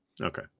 Okay